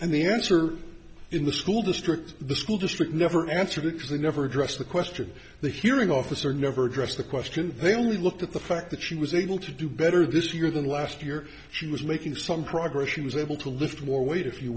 and the answer in the school district the school district never answered because they never addressed the question the hearing officer never addressed the question they only looked at the fact that she was able to do better this year than last year she was making some progress she was able to lift more weight if you